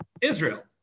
Israel